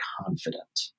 confident